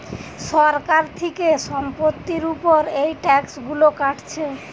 সরকার থিকে সম্পত্তির উপর এই ট্যাক্স গুলো কাটছে